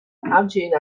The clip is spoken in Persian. همچنین